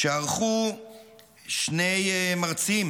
שערכו שני מרצים